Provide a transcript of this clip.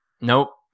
Nope